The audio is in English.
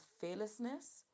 fearlessness